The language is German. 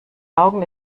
augen